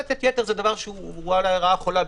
זה רעה חולה.